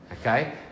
Okay